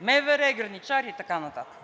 МВР, граничари и така нататък?!